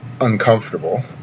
uncomfortable